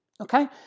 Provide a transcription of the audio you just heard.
okay